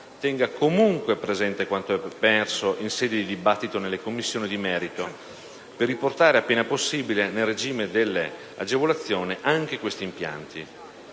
tenga comunque presente quanto emerso in sede di dibattito nelle Commissioni di merito per riportare appena possibile nel regime delle agevolazioni anche questi impianti.